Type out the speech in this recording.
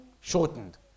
shortened